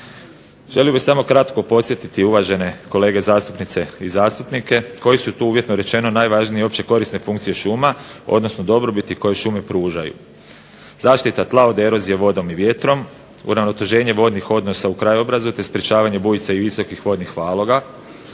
Želio bih samo kratko podsjetiti uvažene kolege zastupnice i zastupnike koji su tu uvjetno rečeno najvažnije općekorisne funkcije šuma odnosno dobrobiti koju šume pružaju. Zaštita tla od erozije vodom i vjetrom, uravnoteženje vodnih odnosa u krajobrazu te sprečavanje bujica i visokih vodnih valova,